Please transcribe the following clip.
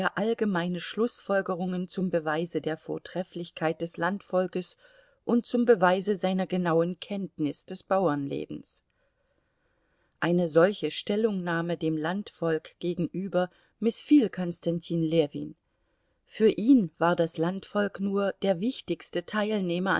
allgemeine schlußfolgerungen zum beweise der vortrefflichkeit des landvolkes und zum beweise seiner genauen kenntnis des bauernlebens eine solche stellungnahme dem landvolk gegenüber mißfiel konstantin ljewin für ihn war das landvolk nur der wichtigste teilnehmer